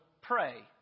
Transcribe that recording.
pray